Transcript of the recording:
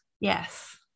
Yes